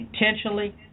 intentionally